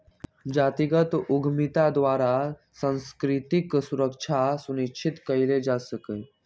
जातिगत उद्यमिता द्वारा सांस्कृतिक सुरक्षा सुनिश्चित कएल जा सकैय